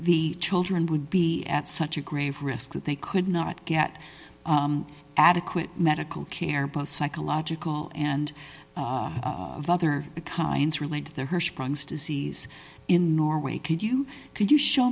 the children would be at such a grave risk that they could not get adequate medical care but psychological and other kinds related to her sprogs to seize in norway could you could you show